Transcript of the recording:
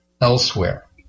elsewhere